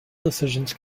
decisions